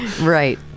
right